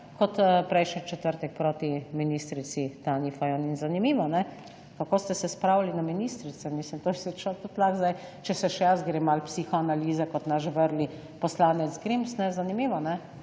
kot prejšnji četrtek proti ministrici, Tanji Fajon in zanimivo, ne, kako ste se spravili na ministrice, mislim, to je, se človek tudi lahko, zdaj, če se še jaz grem malo psihoanalize, kot naš vrli poslanec Grims, ne, zanimivo, ne,